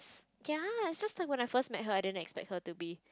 ya it's just that when I first met her I didn't expect her to be